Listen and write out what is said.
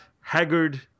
Haggard